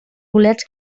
bolets